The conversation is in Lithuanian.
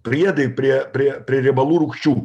priedai prie prie prie riebalų rūgščių